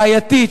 בעייתית,